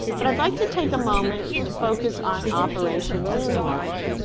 but i'd like to take a moment to focus on operation moon watch.